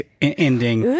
ending